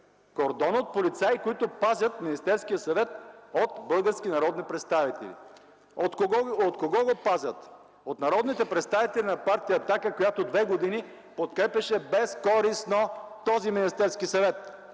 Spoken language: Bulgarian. Кордонът полицаи пази Министерския съвет от български народни представители. От кого го пазят? От народните представители на Партия „Атака”, която две години подкрепяше без-ко-ристно този Министерски съвет!